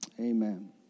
amen